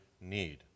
need